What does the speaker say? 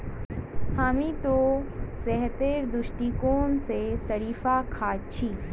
हामी त सेहतेर दृष्टिकोण स शरीफा खा छि